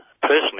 Personally